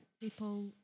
people